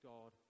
God